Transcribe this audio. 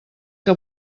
que